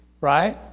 right